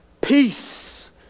peace